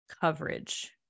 coverage